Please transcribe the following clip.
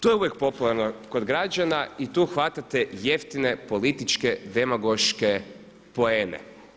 To je uvijek popularno kod građana i tu hvatate jeftine političke demagoške poene.